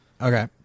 okay